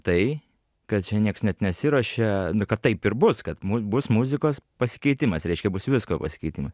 tai kad čia nieks net nesiruošia kad taip ir bus kad bus muzikos pasikeitimas reiškia bus visko pasikeitimai